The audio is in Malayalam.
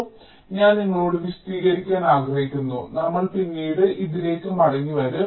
അതിനാൽ ഞാൻ നിങ്ങളോട് വിശദീകരിക്കാൻ ആഗ്രഹിക്കുന്നു നമ്മൾ പിന്നീട് ഇതിലേക്ക് മടങ്ങിവരും